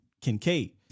Kincaid